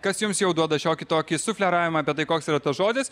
kas jums jau duoda šiokį tokį sufleravimą apie tai koks yra tas žodis